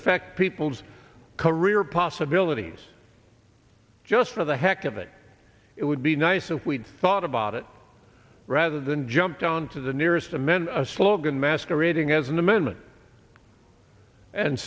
affect people's career possibilities just for the heck of it it would be nice if we thought about it rather than jumped on to the nearest cement a slogan masquerading as an amendment and